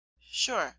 sure